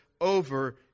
over